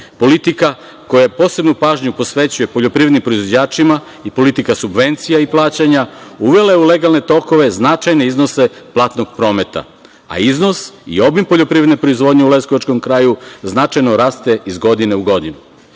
Politika koja posebnu pažnju posvećuje poljoprivrednim proizvođačima i politika subvencija i plaćanja, uvela je u legalne tokove značajne iznose platnog prometa, a iznos i obim poljoprivredne proizvodnje u leskovačkom kraju, značajno raste iz godine u godinu. Pored